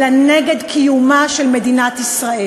אלא נגד קיומה של מדינת ישראל.